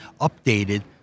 updated